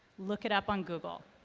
look it up on google.